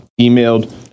emailed